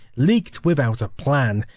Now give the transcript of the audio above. leaked without a plan,